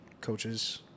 coaches